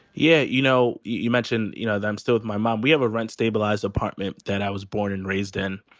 yeah. you know, you mentioned, you know, i'm still with my mom. we have a rent stabilized apartment that i was born and raised in.